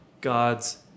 God's